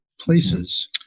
places